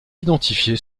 identifiée